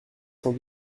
sans